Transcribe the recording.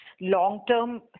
long-term